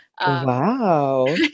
Wow